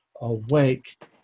awake